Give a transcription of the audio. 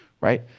right